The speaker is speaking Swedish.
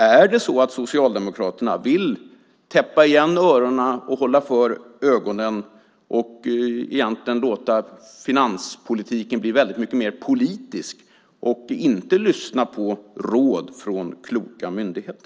Är det så att Socialdemokraterna vill täppa igen öronen och hålla för ögonen och egentligen låta finanspolitiken bli väldigt mycket mer politisk och inte lyssna på råd från kloka myndigheter?